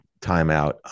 timeout